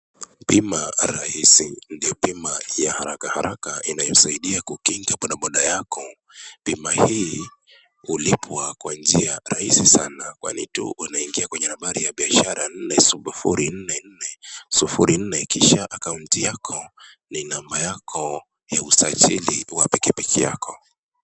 Bima rahisi, ni bika ya harakaharaka inayosaidia kukinga bodaboda yako, bima hii hulipwa kwa njia rahisi sana, kwani tu unaingia kwa nambari ya biashara, nne sufuri nne nne sufuri nne kisha akaunti ni namba yako ya usajili ya pikipiki yako.